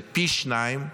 זה פי שניים,